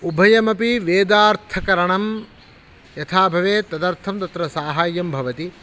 उभयमपि वेदार्थकरणं यथा भवेत् तदर्थं तत्र साहाय्यं भवति